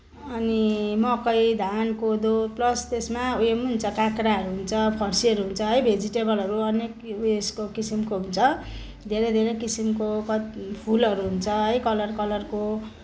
अनि मकै धान कोदो प्लस त्यसमा उयो पनि हुन्छ काँक्राहरू हुन्छ फर्सीहरू हुन्छ है भेजिटेबलहरू अनेक उ यसको किसिमको हुन्छ धेरै धेरै किसिमको पत फुलहरू हुन्छ है कलर कलरको